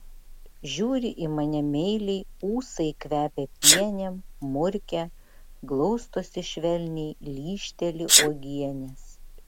žiūri į mane meiliai ūsai kvepia pienėm murkia glaustosi švelniai lyžteli uogienės